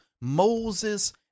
Moses